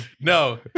no